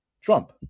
Trump